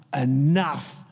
enough